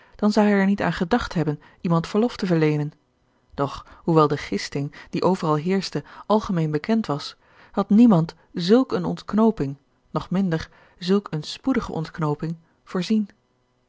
dan zou hij er niet aan gedacht hebben iemand verlof te verleenen doch hoewel de gisting die overal heerschte algemeen bekend was had niemand zulk eene ontknooping nog minder zulk eene spoedige ontknooping voorzien